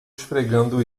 esfregando